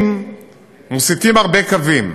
מוסיפים הרבה קווים